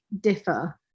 differ